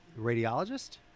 Radiologist